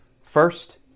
First